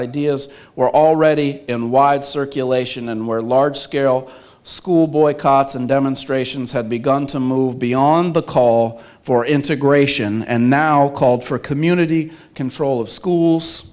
ideas were already in wide circulation and were large scale school boycotts and demonstrations had begun to move beyond the call for integration and now called for community control of schools